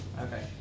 Okay